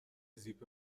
زیپ